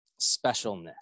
specialness